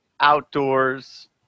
outdoors